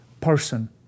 person